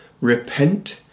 Repent